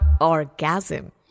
orgasm